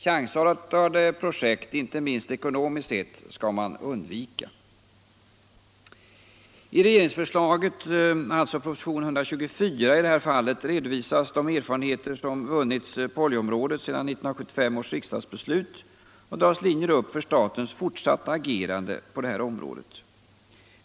Chansartade projekt — inte minst ekonomiskt sett — skall man undvika. I regeringsförslaget — alltså i propositionen 124 — redovisas de erfarenheter som vunnits på oljeområdet sedan 1975 års riksdagsbeslut och dras linjer upp för statens fortsatta agerande på detta område.